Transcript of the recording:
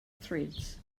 threads